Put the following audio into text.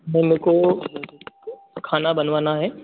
वह मेरे को खाना बनवाना है